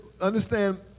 understand